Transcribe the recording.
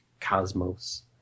Cosmos